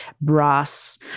brass